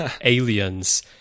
aliens